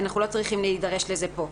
אנחנו לא צריכים להידרש לזה פה.